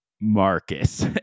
Marcus